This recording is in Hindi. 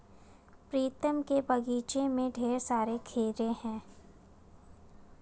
प्रीतम के बगीचे में ढेर सारे खीरे हैं